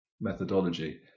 methodology